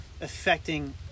affecting